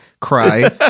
cry